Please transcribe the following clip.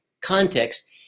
context